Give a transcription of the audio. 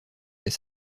des